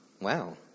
Wow